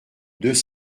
deux